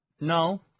No